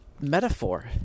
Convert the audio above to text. metaphor